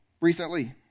recently